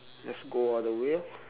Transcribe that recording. just go all the way orh